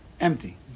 empty